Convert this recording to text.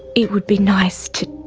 it would be nice to